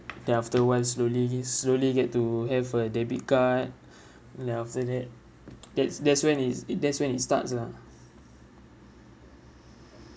then after I slowly slowly get to have a debit card ya after that that's that's when is it that's when it starts lah